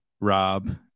Rob